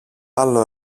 άλλο